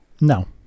No